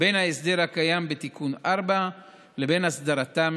בין ההסדר הקיים בתיקון מס' 4 לבין הסדרתם